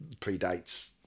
predates